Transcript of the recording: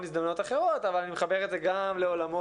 הזדמנויות אחרות אבל אני מחבר את זה גם לעולמות